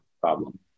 problem